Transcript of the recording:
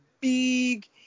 big